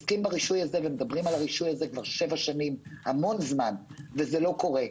מדברים על הרישוי הזה שבע שנים המון זמן וזה לא קורה.